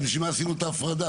אז בשביל מה עשינו את ההפרדה,